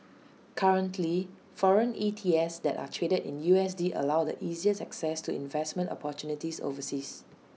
currently foreign E T Fs that are traded in U S D allow the easiest access to investment opportunities overseas